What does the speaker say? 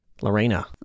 Lorena